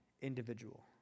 individual